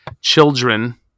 children